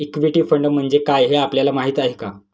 Equity fund म्हणजे काय, हे आपल्याला माहीत आहे का?